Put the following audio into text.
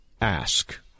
ask